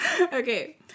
Okay